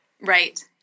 Right